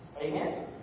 Amen